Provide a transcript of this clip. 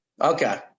Okay